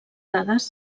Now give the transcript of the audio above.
dades